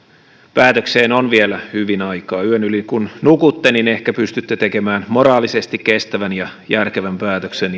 päätökseen on vielä hyvin yön yli kun nukutte niin ehkä pystytte tekemään moraalisesti kestävän ja järkevän päätöksen